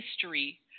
history